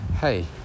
hey